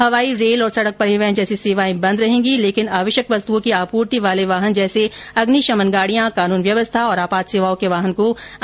हवाई रेल और सड़क परिवहन जैसी सेवाएं बंद रहेगी लेकिन आवश्यक वस्तुओं की आपूर्ति वाले वाहन जैसे अग्निशमन गाड़ियां कानून व्यवस्था और आपात सेवाओं के वाहनों को आने जाने दिया जाएगा